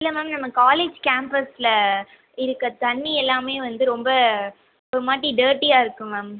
இல்லை மேம் நம்ம காலேஜ் கேம்பஸில் இருக்க தண்ணி எல்லாமே வந்து ரொம்ப ஒரு மாதிரி டர்ட்டியாக இருக்கு மேம்